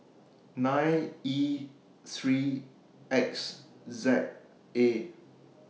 nine E three X Z A